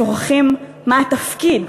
שוכחים מה התפקיד,